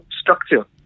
structure